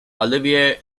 olivier